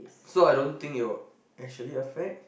so I don't think it will actually affect